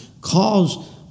cause